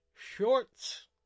Shorts